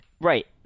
Right